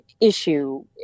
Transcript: issue